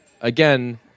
again